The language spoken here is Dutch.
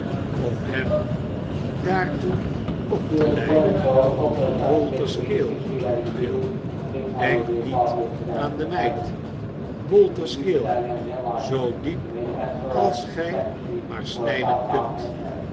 om hem daartoe op te leiden bolter's keel bill denk niet aan de meid bolter's keel zoo diep als gij maar snijden kunt